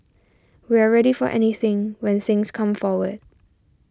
we're ready for anything when things come forward